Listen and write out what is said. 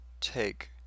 take